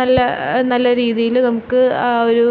നല്ല നല്ല രീതിയില് നമുക്ക് ആ ഒരു